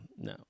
no